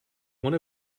one